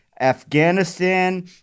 Afghanistan